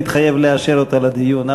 מתחייב לאשר אותה לדיון.